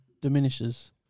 diminishes